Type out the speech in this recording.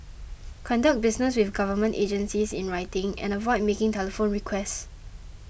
conduct business with government agencies in writing and avoid making telephone requests